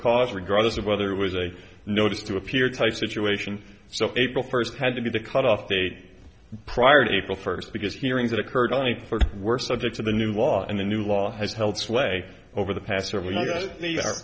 cause regardless of whether it was a notice to appear type situation so april first had to be the cutoff date prior to april first because hearing that occurred only for were subject to the new law and the new law has held sway over the past